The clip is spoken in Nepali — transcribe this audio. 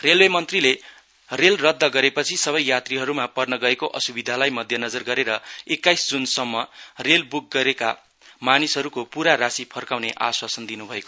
रेलवे मन्त्रीले रेल रद्द गरेपछि सबै यात्रीहरूमा पर्न गएको असुविधालाई मध्यनजर गरेर एक्काइस जुनसम्म रेल बुक गरिएका मानिसहरूको पूरा राशी फर्काइने आश्वासन दिनुभयो